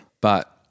but-